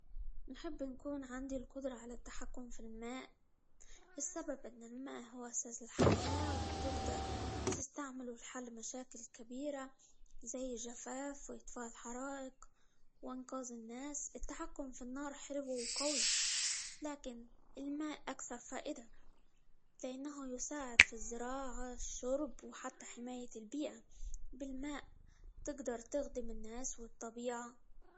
نحب نكون عندي القدرة على التحكم في الماء؛ السبب إن الماء هو أساس الحياة، وتقدر تستعمله لحل مشاكل كبيرة زي الجفاف، وإطفاء الحرائق، وإنقاذ الناس، التحكم في النار حلو، وقوي، لكن الماء أكثر فائدة؛ لأنه يساعد في الزراعة، الشرب، وحتى حماية البيئة، بالماء تقدر تخدم الناس، والطبيعة.